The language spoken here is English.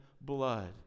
blood